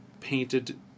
painted